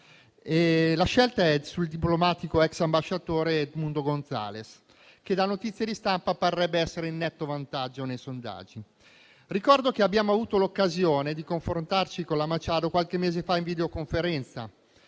la scelta è caduta sul diplomatico, ex ambasciatore, Edmundo González, che da notizie di stampa parrebbe essere in netto vantaggio nei sondaggi. Ricordo che abbiamo avuto l'occasione di confrontarci con la Machado qualche mese fa in videoconferenza.